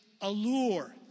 allure